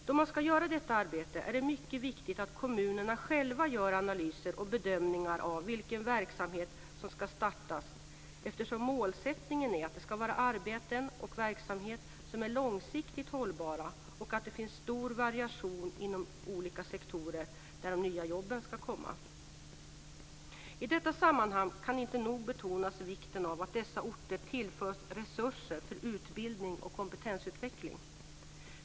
Då man ska göra detta arbete är det mycket viktigt att kommunerna själva gör analyser och bedömningar av vilken verksamhet som ska startas, eftersom målsättningen är att det ska vara arbeten och verksamhet som är långsiktigt hållbara och att det finns stor variation inom olika sektorer där de nya jobben ska komma. I detta sammanhang kan inte nog betonas vikten av att dessa orter tillförs resurser för utbildning och kompetensutveckling.